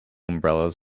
umbrellas